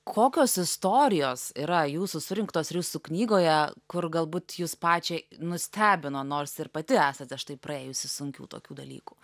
kokios istorijos yra jūsų surinktos ir jūsų knygoje kur galbūt jus pačią nustebino nors ir pati esate štai praėjusi sunkių tokių dalykų